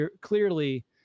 clearly